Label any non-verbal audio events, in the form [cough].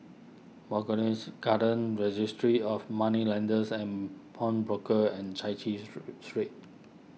[unintelligible] Garden Registry of Moneylenders and Pawnbrokers and Chai Chee [unintelligible] Street